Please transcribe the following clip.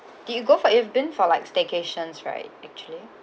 did you go for you've been for like staycations right actually